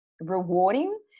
rewarding